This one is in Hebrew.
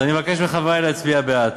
אז אני מבקש מחברי הכנסת להצביע בעד.